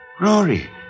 Rory